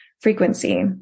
frequency